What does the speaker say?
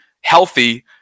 healthy